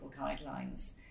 Guidelines